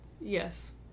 Yes